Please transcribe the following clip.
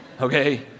Okay